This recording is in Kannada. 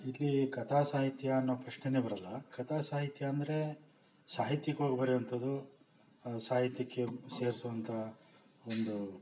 ಇಲ್ಲಿ ಕಥಾಸಾಹಿತ್ಯ ಅನ್ನೋ ಪ್ರಶ್ನೆನೇ ಬರಲ್ಲ ಕಥಾಸಾಹಿತ್ಯ ಅಂದರೆ ಸಾಹಿತಿಕ್ವಾಗಿ ಬರೆಯೊಂಥದು ಸಾಹಿತ್ಯಕ್ಕೆ ಸೇರಿಸೋ ಅಂಥ ಒಂದು